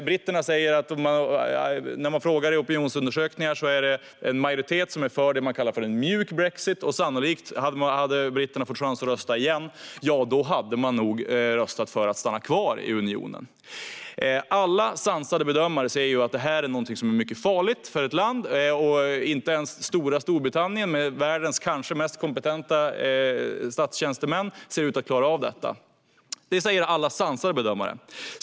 När man frågar britterna i opinionsundersökningar är det en majoritet som säger att de är för det man kallar för en mjuk brexit. Hade britterna fått chans att rösta igen hade de nog röstat för att man skulle stanna kvar i unionen. Alla sansade bedömare säger att detta är någonting som är mycket farligt för ett land. Inte ens stora Storbritannien, med kanske världens mest kompetenta statstjänstemän, ser ut att klara av det. Det säger alla sansade bedömare.